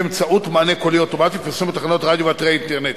באמצעות מענה קולי אוטומטי ופרסום בתחנות הרדיו ובאתרי האינטרנט.